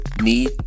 need